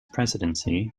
presidency